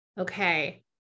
Okay